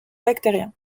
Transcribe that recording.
bactérien